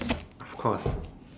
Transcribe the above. of course